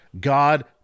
God